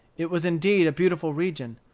it was indeed a beautiful region.